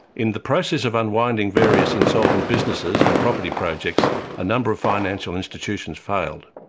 in the process of unwinding various insolvent businesses and property projects a number of financial institutions failed.